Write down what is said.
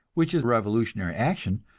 which is revolutionary action,